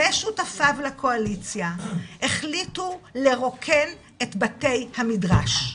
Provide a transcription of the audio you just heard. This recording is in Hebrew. ושותפיו לקואליציה, החליטו לרוקן את בתי המדרש.